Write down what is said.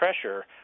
pressure